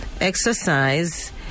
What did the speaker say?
exercise